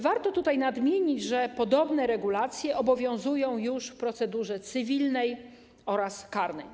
Warto tutaj nadmienić, że podobne regulacje obowiązują już w procedurze cywilnej oraz karnej.